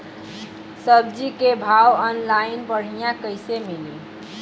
सब्जी के भाव ऑनलाइन बढ़ियां कइसे मिली?